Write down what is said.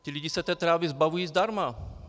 Ti lidé se té trávy zbavují zdarma.